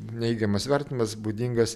neigiamas vertinimas būdingas